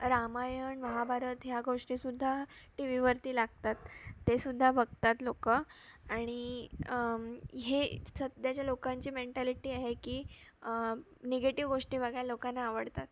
रामायण महाभारत या गोष्टीसुद्धा टी व्हीवरती लागतात तेसुद्धा बघतात लोकं आणि हे सध्याच्या लोकांची मेन्टॅलिटी आहे की निगेटिव्ह गोष्टी बघायला लोकांना आवडतात